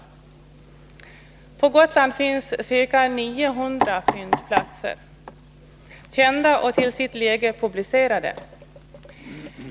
På Gotland finns ca 900 fyndplatser, kända och till sitt läge publicerade.